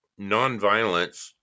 nonviolence